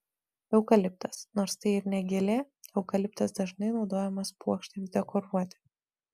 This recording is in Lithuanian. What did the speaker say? eukaliptas nors tai ir ne gėlė eukaliptas dažnai naudojamas puokštėms dekoruoti